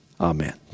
Amen